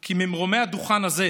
כי ממרומי הדוכן הזה,